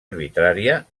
arbitrària